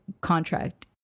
contract